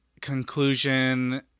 conclusion